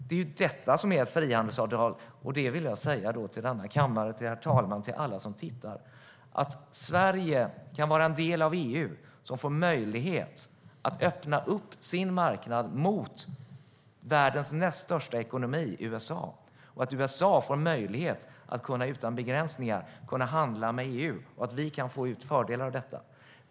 Det är ju detta som ett frihandelsavtal innebär. Och jag vill säga till denna kammare, till herr talmannen och till alla som följer debatten att Sverige kan vara en del av EU och få möjlighet att öppna upp sin marknad mot världens näst största ekonomi, USA. USA får då möjlighet att utan begränsningar handla med EU, och det kan vi få ut fördelar av.